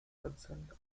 concerned